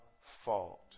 fault